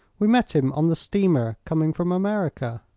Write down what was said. we met him on the steamer coming from america.